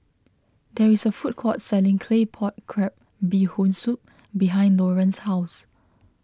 there is a food court selling Claypot Crab Bee Hoon Soup behind Loran's house